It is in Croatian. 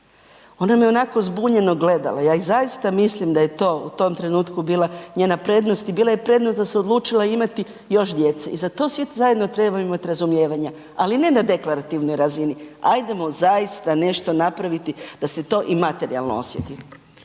ona me onako zbunjeno gledala, ja i zaista mislim da je to u tom trenutku bila njena prednost i bila je prednost da se odlučila imati još djece i za sve to zajedno treba imati razumijevanja, ali ne na deklarativnoj razini, ajdemo zaista nešto napraviti da se to i materijalno osjeti.